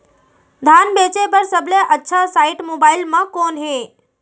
धान बेचे बर सबले अच्छा साइट मोबाइल म कोन हे?